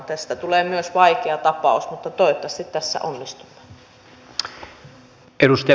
tästä tulee myös vaikea tapaus mutta toivottavasti tässä onnistumme